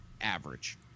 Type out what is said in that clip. average